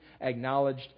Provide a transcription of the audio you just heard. acknowledged